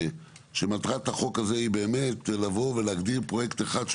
שמטרת החוק הזה היא באמת לבוא ולהגדיר פרויקט אחד שהוא